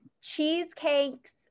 cheesecakes